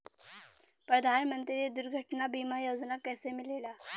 प्रधानमंत्री दुर्घटना बीमा योजना कैसे मिलेला?